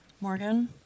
Morgan